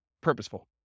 purposeful